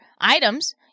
items